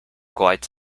quite